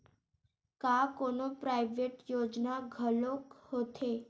का कोनो प्राइवेट योजना घलोक होथे?